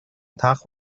так